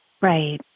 Right